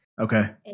Okay